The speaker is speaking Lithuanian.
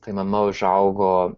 tai mama užaugo